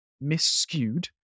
mis-skewed